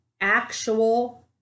actual